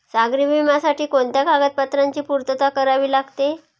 सागरी विम्यासाठी कोणत्या कागदपत्रांची पूर्तता करावी लागते?